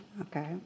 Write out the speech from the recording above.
okay